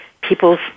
people's